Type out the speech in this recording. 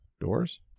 doors